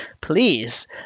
please